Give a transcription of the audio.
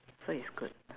so it's good